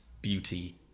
beauty